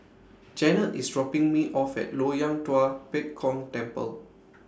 Jennette IS dropping Me off At Loyang Tua Pek Kong Temple